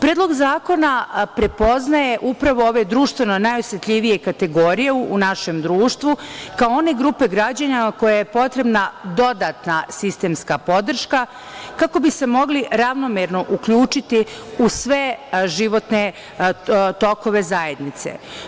Predlog zakona prepoznaje upravo ove društveno najosetljivije kategorije u našem društvu, kao one grupe građana kojima je potrebna dodatna sistemska podrška kako bi se mogli ravnomerno uključiti u sve životne tokove zajednice.